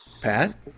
Pat